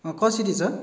कसरी छ